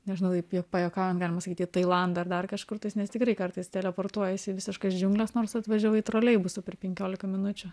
nežinau taip juo pajuokaujant galima sakyt į tailandą ar dar kažkur tais nes tikrai kartais teleportuojiesi į visiškas džiungles nors atvažiavai troleibusu per penkiolika minučių